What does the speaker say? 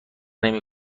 نمی